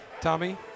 tommy